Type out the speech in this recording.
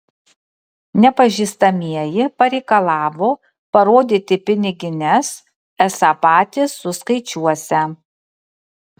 nepažįstamieji pareikalavo parodyti pinigines esą patys suskaičiuosią